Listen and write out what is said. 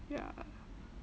ya